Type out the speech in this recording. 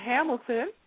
Hamilton